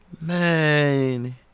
Man